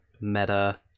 meta